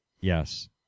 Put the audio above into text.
Yes